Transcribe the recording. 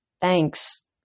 Thanks